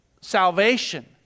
salvation